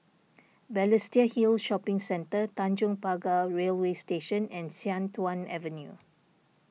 Balestier Hill Shopping Centre Tanjong Pagar Railway Station and Sian Tuan Avenue